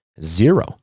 Zero